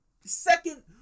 second